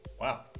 wow